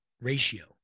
ratio